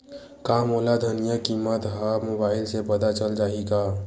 का मोला धनिया किमत ह मुबाइल से पता चल जाही का?